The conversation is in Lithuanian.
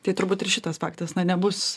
tai turbūt ir šitas faktas na nebus